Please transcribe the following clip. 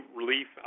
relief